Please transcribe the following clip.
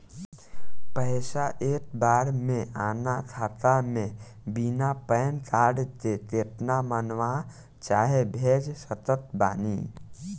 पैसा एक बार मे आना खाता मे बिना पैन कार्ड के केतना मँगवा चाहे भेज सकत बानी?